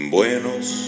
Buenos